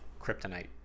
kryptonite